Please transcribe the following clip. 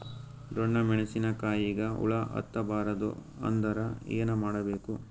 ಡೊಣ್ಣ ಮೆಣಸಿನ ಕಾಯಿಗ ಹುಳ ಹತ್ತ ಬಾರದು ಅಂದರ ಏನ ಮಾಡಬೇಕು?